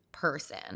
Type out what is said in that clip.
person